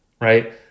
Right